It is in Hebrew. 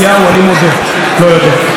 חברת הכנסת לבני,